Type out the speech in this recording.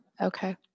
Okay